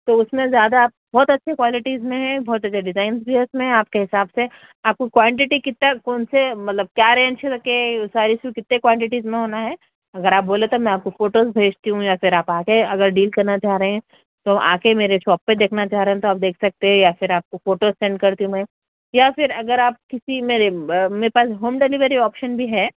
تو اس میں زیادہ بہت اچھے کوالٹیز میں ہے بہت اچھے ڈزائنس بھی ہے اس میں آپ کے حساب سے آپ کو کوانٹٹی کتنا کون سے مطلب کیا رینج کر کے ساریز کو کتنے کوانٹٹیز میں ہونا ہے اگر آپ بولیں تو میں آپ کو فوٹوز بھیجتی ہوں یا پھر آپ آ کے اگر ڈیل کرنا چاہ رہے ہیں تو آ کے میرے شاپ پہ دیکھنا چاہ رہے تو آپ دیکھ سکتے ہے یا پھر آپ کو فوٹو سینڈ کرتی ہوں میں یا پھر اگر آپ کسی میرے میرے پاس ہوم ڈلیوری آپشن بھی ہے